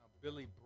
Billy